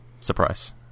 surprise